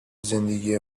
زندگی